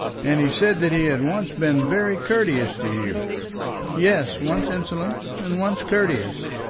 and he said that he had once been very courteous to you yes once insolent and once courteous.